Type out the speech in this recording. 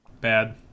bad